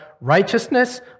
righteousness